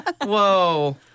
Whoa